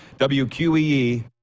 WQEE